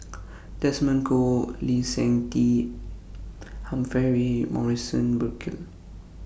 Desmond Kon Lee Seng Tee Humphrey Morrison Burkill